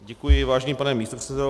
Děkuji, vážený pane místopředsedo.